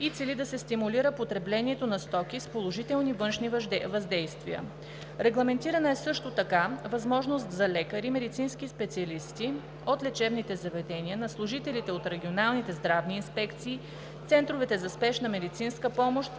и цели да се стимулира потреблението на стоки с положителни външни въздействия. Регламентирана е също така възможност за лекари и медицински специалисти от лечебните заведения, на служителите от регионалните здравни инспекции, центровете за спешна медицинска помощ,